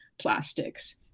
plastics